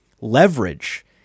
leverage